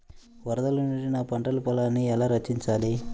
వరదల నుండి నా పంట పొలాలని ఎలా రక్షించాలి?